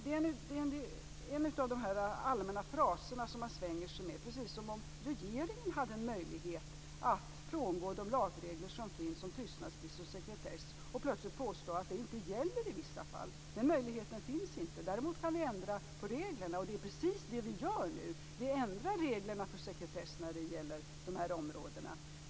Det är en av de allmänna fraser som man svänger sig med, precis som om regeringen hade en möjlighet att frångå de lagregler som finns om tystnadsplikt och sekretess och plötsligt påstå att de inte gäller i vissa fall. Den möjligheten finns inte. Däremot kan vi ändra på reglerna, och det är precis det vi gör nu. Vi ändrar reglerna för sekretess när det gäller dessa områden.